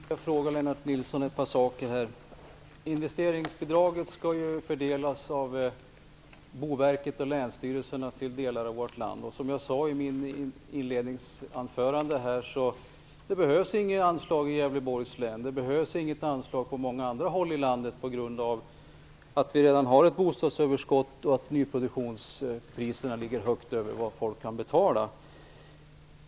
Herr talman! Jag skulle vilja fråga Lennart Nilsson ett par saker. Investeringsbidraget skall ju fördelas av Boverket och länsstyrelserna till delar av vårt land. Som jag sade i mitt anförande behövs det inget anslag i Gävleborgs län och inte heller på många andra håll i landet, på grund av att vi redan har ett bostadsöverskott och att nyproduktionspriserna ligger högt över vad folk kan betala.